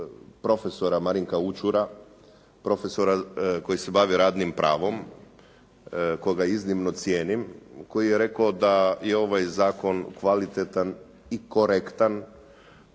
profesora Marinka Učura, profesora koji se bavi radnim pravom, koga iznimno cijenim, koji je rekao da je ovaj zakon kvalitetan i korektan,